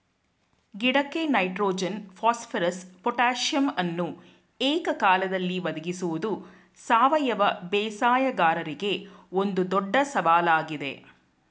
ಗಿಡಕ್ಕೆ nitrogen phosphorus ಪೊಟಾಸಿಯಮನ್ನು ಏಕಕಾಲದಲ್ಲಿ ಒದಗಿಸುವುದು ಸಾವಯವ ಬೇಸಾಯಗಾರರಿಗೆ ಒಂದು ದೊಡ್ಡ ಸವಾಲಾಗಿದೆ